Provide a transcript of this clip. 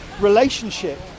relationship